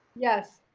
yes.